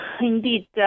Indeed